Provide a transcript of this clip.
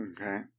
Okay